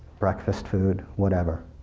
breakfast food, whatever.